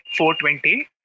420